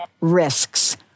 risks